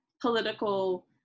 political